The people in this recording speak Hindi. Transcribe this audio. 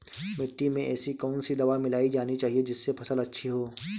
मिट्टी में ऐसी कौन सी दवा मिलाई जानी चाहिए जिससे फसल अच्छी हो?